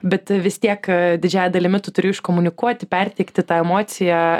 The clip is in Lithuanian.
bet vis tiek didžiąja dalimi tu turi iškomunikuoti perteikti tą emociją